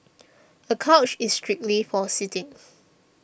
a couch is strictly for sitting